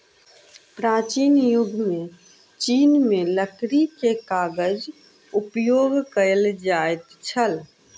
प्राचीन युग में चीन में लकड़ी के कागज उपयोग कएल जाइत छल